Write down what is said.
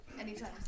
Anytime